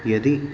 यदि